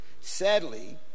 Sadly